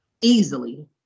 Easily